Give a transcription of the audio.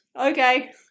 okay